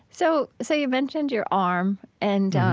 so so, you mentioned your arm, and